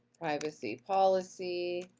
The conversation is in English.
privacy policy,